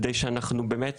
כדי שאנחנו באמת